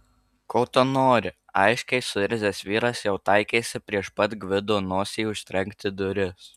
ko tu nori aiškiai suirzęs vyras jau taikėsi prieš pat gvido nosį užtrenkti duris